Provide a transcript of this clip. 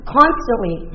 constantly